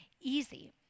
easy